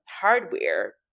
hardware